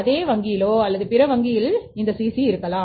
அதே வங்கியிலோ அல்லது பிற வங்கிகளில் இருக்கலாம்